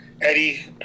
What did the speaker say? Eddie